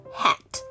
hat